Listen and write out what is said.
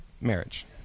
marriage